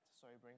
Sobering